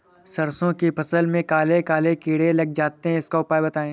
सरसो की फसल में काले काले कीड़े लग जाते इसका उपाय बताएं?